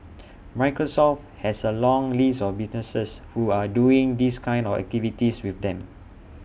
Microsoft has A long list of businesses who are doing these kind of activities with them